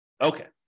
Okay